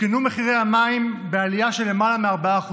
עודכנו מחירי המים בעלייה של למעלה מ-4%.